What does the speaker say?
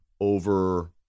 over